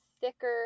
thicker